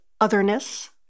otherness